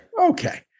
Okay